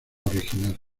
original